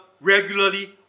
regularly